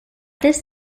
this